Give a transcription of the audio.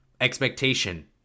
expectation